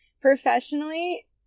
Professionally